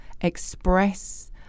express